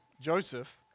Joseph